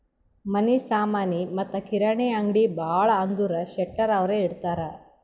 ಮನಿ ಸಾಮನಿ ಮತ್ತ ಕಿರಾಣಿ ಅಂಗ್ಡಿ ಭಾಳ ಅಂದುರ್ ಶೆಟ್ಟರ್ ಅವ್ರೆ ಇಡ್ತಾರ್